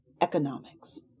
economics